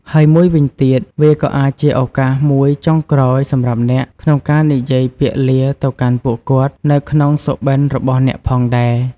ហើយមួយវិញទៀត វាក៏អាចជាឱកាសមួយចុងក្រោយ សម្រាប់អ្នក ក្នុងការនិយាយពាក្យលា ទៅកាន់ពួកគាត់នៅ ក្នុងសុបិន្តរបស់អ្នកផងដែរ ។